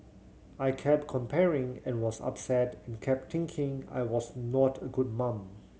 I kept comparing and was upset and kept thinking I was not a good mum